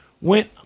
went